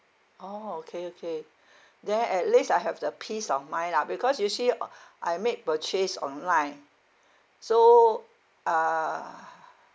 orh okay okay then at least I have the peace of mind lah because usually uh I make purchase online so uh